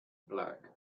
black